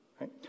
right